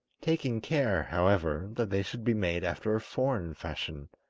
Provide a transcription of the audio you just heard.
taking care, however, that they should be made after a foreign fashion.